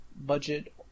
budget